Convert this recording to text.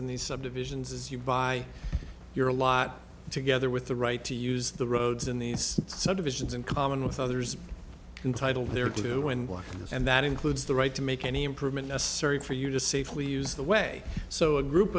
in these subdivisions is you buy your lot together with the right to use the roads in these subdivisions in common with others in title they are doing and that includes the right to make any improvement necessary for you to safely use the way so a group